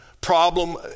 problem